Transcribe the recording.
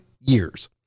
years